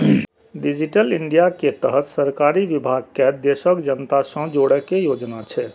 digital India के तहत सरकारी विभाग कें देशक जनता सं जोड़ै के योजना छै